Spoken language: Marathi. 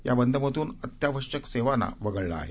या बंद मधून अत्यावश्यक सेवांना वगळले आहे